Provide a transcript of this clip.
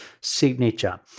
signature